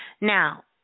Now